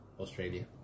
Australia